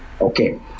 Okay